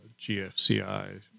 GFCI